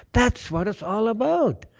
that's what it's all about.